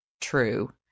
true